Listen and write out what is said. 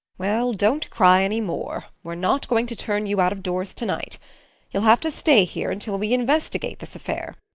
well, don't cry any more. we're not going to turn you out-of-doors to-night. you'll have to stay here until we investigate this affair.